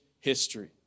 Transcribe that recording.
history